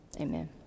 Amen